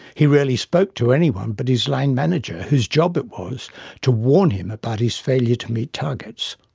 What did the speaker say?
he rarely spoke to anyone but his line manager, whose job it was to warn him about his failure to meet targets.